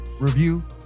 review